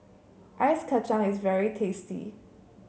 Ice Kacang is very tasty